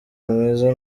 mwiza